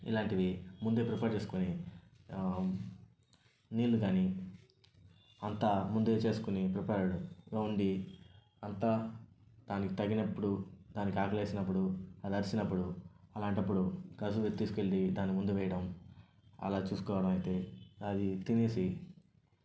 ఇలాంటివి ముందే ప్రిపేర్ చేసుకుని నీళ్లు కాని అంతా చేసుకుని ముందే ప్రిపేర్డ్గా ఉండి అంతా దానికి తగినపుడు దానికి ఆకలి వేసినప్పుడు అది అరిచినప్పుడు అలాంటప్పుడు కసుపు తీసుకువెళ్లి దాని ముందు వేయడం అలా చూసుకోవడం అయితే అది తినేసి